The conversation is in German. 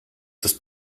des